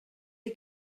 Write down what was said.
est